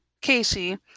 Casey